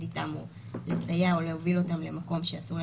בסוף,